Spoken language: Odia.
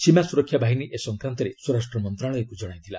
ସୀମା ସୁରକ୍ଷା ବାହିନୀ ଏ ସଂକ୍ରାନ୍ତରେ ସ୍ୱରାଷ୍ଟ୍ର ମନ୍ତ୍ରଣାଳୟକୁ ଜଣାଇଥିଲା